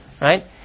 right